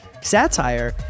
Satire